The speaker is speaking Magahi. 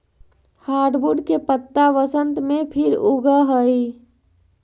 हार्डवुड के पत्त्ता बसन्त में फिर उगऽ हई